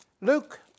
Luke